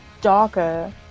darker